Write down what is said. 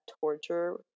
torture